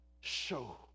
show